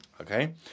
Okay